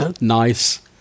Nice